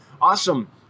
Awesome